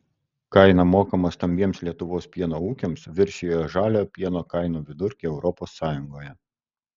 kaina mokama stambiems lietuvos pieno ūkiams viršijo žalio pieno kainų vidurkį europos sąjungoje